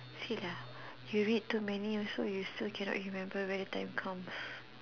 see lah you read too many also you still can not remember when the time comes